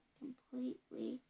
completely